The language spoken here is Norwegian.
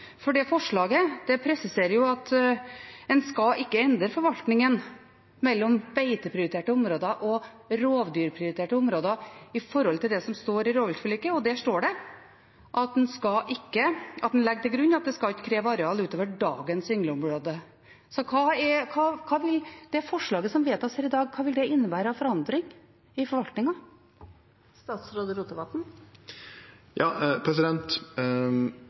For det forslaget presiserer at en ikke skal endre forvaltningen mellom beiteprioriterte områder og rovdyrprioriterte områder i forhold til det som står i rovviltforliket. Og der står det at man legger til grunn at det skal ikke kreve areal utover dagens yngleområde. Så hva vil det forslaget som vedtas her i dag, innebære av forandring i